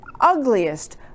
ugliest